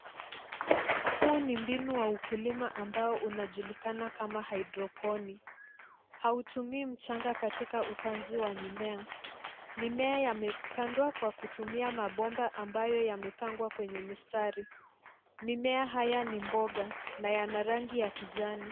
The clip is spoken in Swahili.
Huu ni mbinu wa ukulima ambao unajulikana kama hydroponi. Hautumii mchanga katika upanzi wa mimea. Mimea yamepandwa kwa kutumia mabomba ambayo yamepangwa kwenye mistari. Mimea haya ni mboga na yana rangi ya kijani.